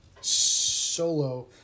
Solo